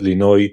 אילינוי,